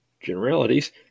generalities